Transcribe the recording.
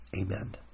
Amen